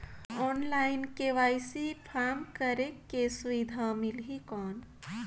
Online KYC form करेके सुविधा मिली कौन?